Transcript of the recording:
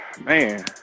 Man